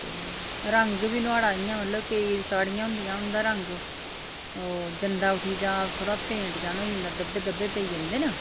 ते रंग बी नुआढ़ी इ'यां मतलब केईं साड़ियां होंदियां उंदा रंग ओह् जंदा उठी जां थोह्ड़ा फेंट जन होई जंदा धब्बे धब्बे पेई जंदे न